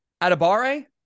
Atabare